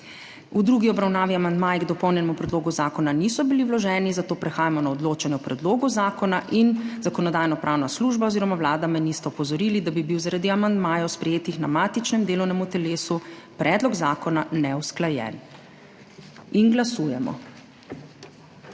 V drugi obravnavi amandmaji k dopolnjenemu predlogu zakona niso bili vloženi, zato prehajamo na odločanje o predlogu zakona. Zakonodajno-pravna služba oziroma Vlada me nista opozorili, da bi bil zaradi amandmajev, sprejetih na matičnem delovnem telesu, predlog zakona neusklajen. Glasujemo.